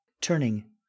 Turning